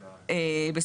מ-18.